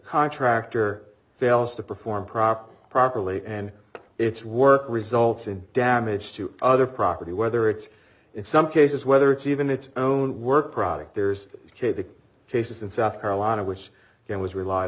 contractor fails to perform proper properly and its work results in damage to other property whether it's in some cases whether it's even its own work product there's a kid the cases in south carolina which it was relied